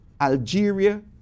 Algeria